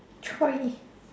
!choy!